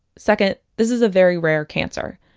second, this is a very rare cancer.